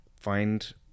Find